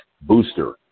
booster